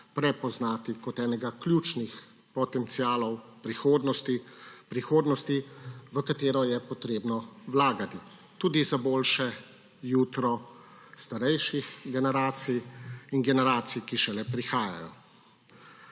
prepoznati kot enega ključnih potencialov prihodnosti, v katerega je potrebno vlagati, tudi za boljši jutri starejših generacij in generacij, ki šele prihajajo.